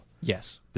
Yes